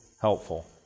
helpful